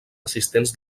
assistents